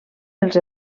els